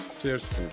Cheers